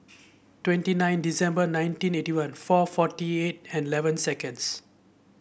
twenty nine December nineteen eighty one four forty eight and eleven seconds